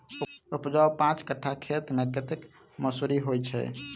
उपजाउ पांच कट्ठा खेत मे कतेक मसूरी होइ छै?